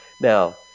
Now